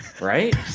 right